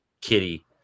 kitty